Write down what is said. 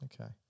Okay